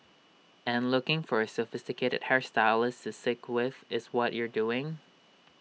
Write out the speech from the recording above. and looking for A sophisticated hair stylist to sick with is what you are doing